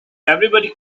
everybody